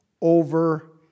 over